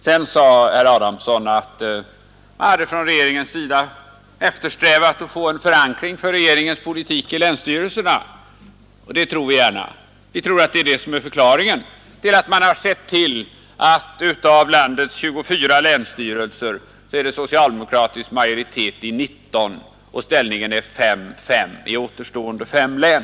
Sedan sade herr Adamsson att man hade från regeringens sida eftersträvat att få en förankring för regeringens politik i länsstyrelserna. Det tror vi gärna. Vi tror att detta är förklaringen på att man sett till att av landets 24 länsstyrelser är det socialdemokratisk majoritet i 19; ställningen är 5—S5 i återstående fem län.